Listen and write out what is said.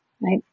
right